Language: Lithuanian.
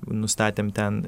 nustatėm ten